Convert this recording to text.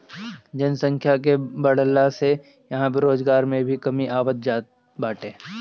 जनसंख्या के बढ़ला से इहां रोजगार में भी कमी आवत जात बाटे